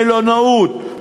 מלונאות,